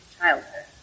childhood